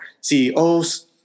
CEOs